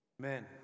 Amen